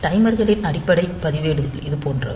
டைமர்களின் அடிப்படை பதிவேடுகள் இது போன்றது